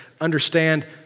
understand